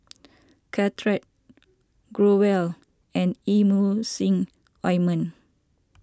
Caltrate Growell and Emulsying Ointment